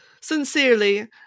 Sincerely